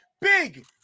Big